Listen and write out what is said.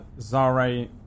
Zare